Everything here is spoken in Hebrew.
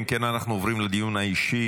אנחנו עוברים לדיון האישי